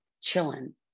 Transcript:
chilling